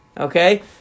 Okay